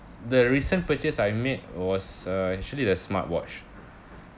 the recent purchase I made was uh actually the smartwatch